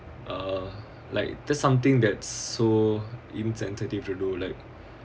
uh like there's something that's so insensitive you know like